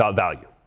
ah value.